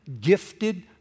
gifted